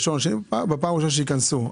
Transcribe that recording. בפעם הראשונה שיתכנסו,